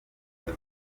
ubwo